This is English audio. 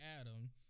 Adam